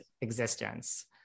existence